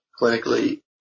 clinically